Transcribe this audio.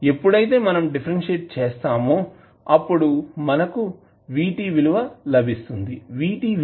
ఎప్పుడైతే మనం డిఫరెన్షియేట్ చేస్తామో అప్పుడు మనకు Vt విలువ లభిస్తుంది Vt విలువ VtVs